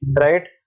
right